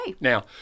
Now